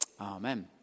Amen